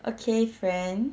okay friend